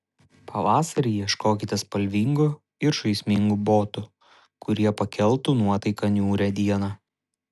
pavasarį ieškokite spalvingų ir žaismingų botų kurie pakeltų nuotaiką niūrią dieną